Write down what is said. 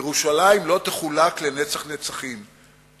ירושלים לא תחולק לנצח נצחים,